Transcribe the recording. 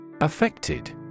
Affected